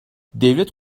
devlet